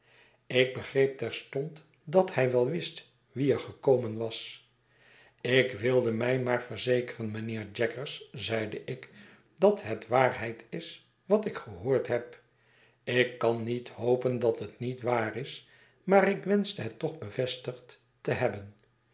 ik begreep terstond dat hij wel wist wie er gekomen was ik wilde mij maar verzekeren mijnheer jaggers zeide ik dat het waarheid is wat ik gehoord heb ik kan niet hopen dat het niet waar is maar ik wenschte het toch bevestigd te hebben